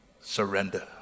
Surrender